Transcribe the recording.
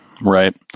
right